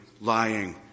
lying